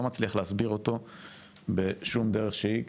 לא מצליח להסביר אותו בשום דרך שהיא.